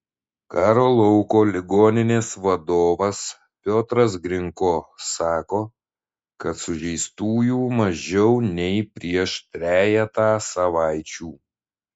karo lauko ligoninės vadovas piotras grinko sako kad sužeistųjų mažiau nei prieš trejetą savaičių